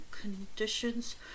conditions